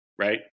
Right